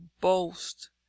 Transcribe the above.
BOAST